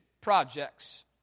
projects